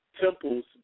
temples